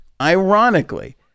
ironically